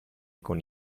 con